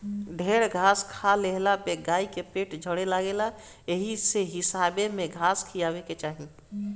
ढेर घास खा लेहला पे गाई के पेट झरे लागेला एही से हिसाबे में घास खियावे के चाही